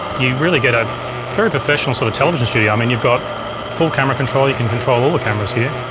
you really get a very professional sort of televisions studio. i mean you've got full camera control you can control all the cameras here,